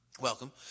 welcome